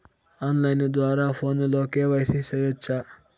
on line ద్వారా ఫోనులో KYC సేయొచ్చా